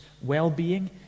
well-being